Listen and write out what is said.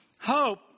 hope